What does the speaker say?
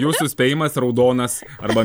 jūsų spėjimas raudonas arba